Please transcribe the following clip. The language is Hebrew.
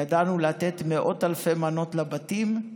ידענו לתת מאות אלפי מנות לבתים,